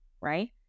right